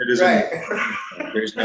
Right